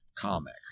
comic